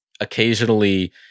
occasionally